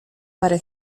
parę